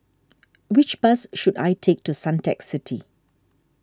which bus should I take to Suntec City